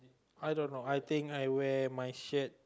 I don't know I think I wear my shirt